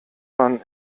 man